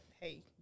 hey